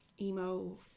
emo